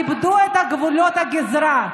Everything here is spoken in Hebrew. איבדו את גבולות הגזרה.